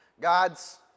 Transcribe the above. God's